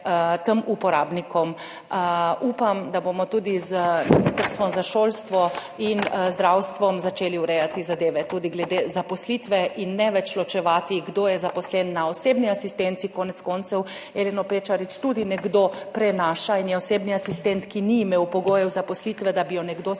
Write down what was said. uporabnikov. Upam, da bomo tudi z Ministrstvom za šolstvo in zdravstvom začeli urejati zadeve tudi glede zaposlitve in ne več ločevati, kdo je zaposlen na osebni asistenci. Konec koncev Eleno Pečarič tudi nekdo prenaša in je osebni asistent, ki ni imel pogojev zaposlitve, da bi jo nekdo